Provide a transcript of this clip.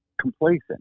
complacent